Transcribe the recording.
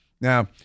Now